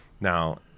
Now